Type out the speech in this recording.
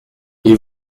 ils